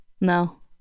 No